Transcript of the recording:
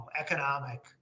economic